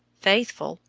faithful,